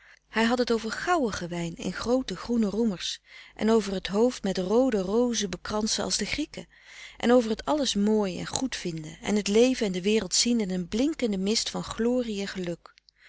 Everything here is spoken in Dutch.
hij had het over gouïge wijn in frederik van eeden van de koele meren des doods groote groene roemers en over t hoofd met roode rozen bekransen als de grieken en over t alles mooi en goed vinden en t leven en de wereld zien in een blinkende mist van glorie en geluk